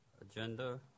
agenda